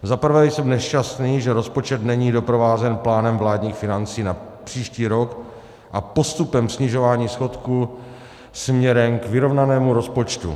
Za prvé jsem nešťastný, že rozpočet není doprovázen plánem vládních financí na příští rok a postupem snižování schodku směrem k vyrovnanému rozpočtu.